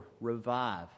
revive